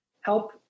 help